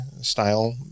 style